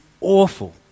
awful